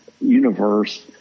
universe